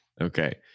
Okay